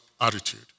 attitude